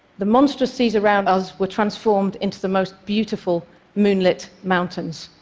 the monstrous seas around us were transformed into the most beautiful moonlit mountains.